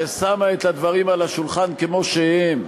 ששמה את הדברים על השולחן כמו שהם,